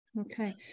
Okay